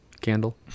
candle